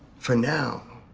for now,